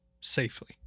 safely